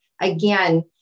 again